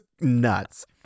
nuts